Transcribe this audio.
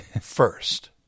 first